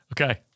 Okay